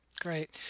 Great